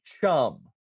Chum